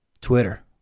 Twitter